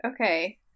okay